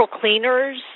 cleaners